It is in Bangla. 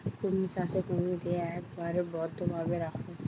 কুমির চাষে কুমিরদের একবারে বদ্ধ ভাবে রাখা হচ্ছে